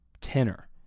tenor